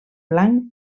blanc